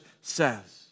says